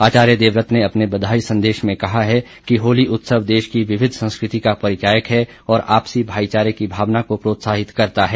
आचार्य देवव्रत ने अपने बधाई संदेश में कहा है कि होली उत्सव देश की विविध संस्कृति का परिचायक है और आपसी भाईचारे की भावना को प्रोत्साहित करता है